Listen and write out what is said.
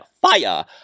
fire